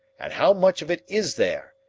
and how much of it is there,